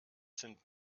sind